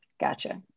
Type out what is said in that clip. Gotcha